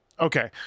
Okay